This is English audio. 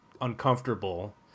uncomfortable